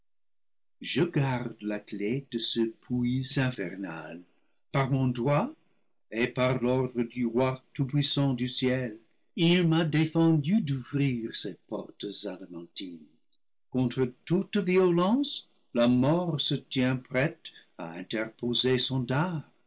je garde la clef de ce puits infernal par mon droit et par l'ordre du roi tout-puissant du ciel il m'a défendu d'ouvrir ces portes adamantines contre toute violence la mort se tient prête à interposer son